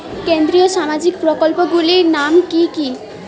কেন্দ্রীয় সামাজিক প্রকল্পগুলি নাম কি কি?